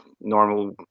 normal